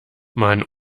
man